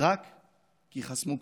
רק כי חסמו כביש.